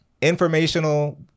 informational